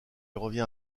revient